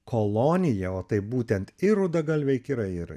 kolonija o taip būtent ir rudagalviai kirai ir